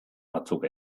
batzuk